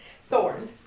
Thorn